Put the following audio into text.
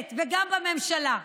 בכנסת וגם בממשלה.